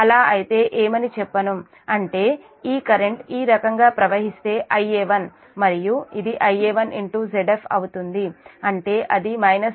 అలా అయితే ఏమని చెప్పను అంటే ఈ కరెంట్ ఈ రకంగా ప్రవహిస్తే Ia1 మరి ఇది Ia1Zf అవుతుంది అంటే అది Ia2 కూడా కదా